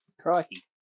Crikey